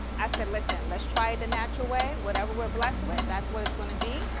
i said listen, let's try the natural way, whatever we are blessed with, that's what it's gonna be.